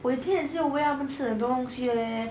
where is your well 不吃的东西 leh